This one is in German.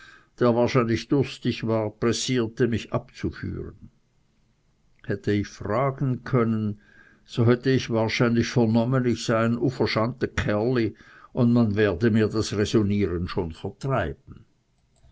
der wahrscheinlich durstig war pressierte mich abzuführen hätte ich fragen können so hätte ich wahrscheinlich vernommen ich sei ein uverschante kerli und man werde mir das räsonnieren schon vertreiben